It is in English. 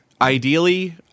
Ideally